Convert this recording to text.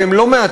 והם לא מעטים,